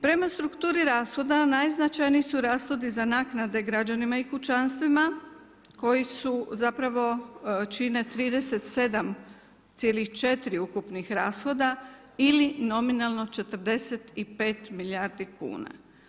Prema strukturi rashoda, najznačajniji su rashodi za naknade građanima i kućanstvima, koji su zapravo, čine 37,4 ukupnih rashoda ili nominalno 45 milijardi kuna.